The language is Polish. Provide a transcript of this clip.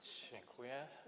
Dziękuję.